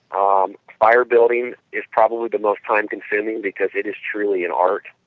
um fire building is probably the most time consuming because it is truly an art,